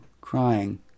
crying